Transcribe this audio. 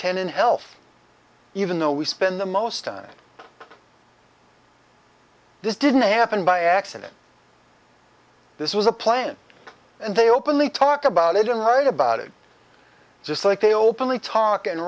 ten in health even though we spend the most time this didn't happen by accident this was a plan and they openly talk about it and write about it just like they openly talk and